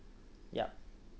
yup